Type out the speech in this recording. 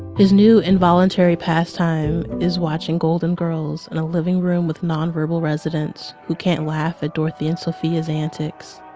his new involuntary pastime is watching golden girls in a living room with nonverbal residents who can't laugh at dorothy and sophia's antics